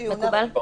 לבידוד?